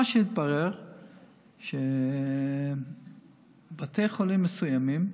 מה שהתברר הוא שלבתי חולים מסוימים,